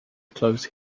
closer